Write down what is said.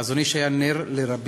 החזון אי"ש היה נר לרבים,